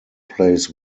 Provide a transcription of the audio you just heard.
plays